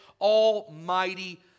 almighty